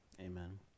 Amen